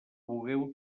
vulgueu